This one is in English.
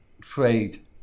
trade